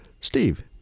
Steve